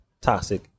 toxic